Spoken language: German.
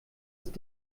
ist